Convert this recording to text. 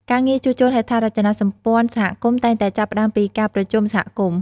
ការងារជួសជុលហេដ្ឋារចនាសម្ព័ន្ធសហគមន៍តែងតែចាប់ផ្ដើមពីការប្រជុំសហគមន៍។